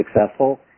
successful